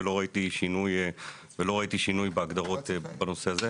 ולא ראיתי שינוי בהגדרות בנושא הזה.